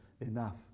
enough